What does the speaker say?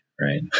right